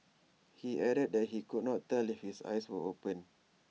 he added that he could not tell if his eyes were open